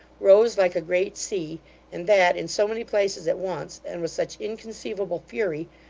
rose like a great sea and that in so many places at once, and with such inconceivable fury,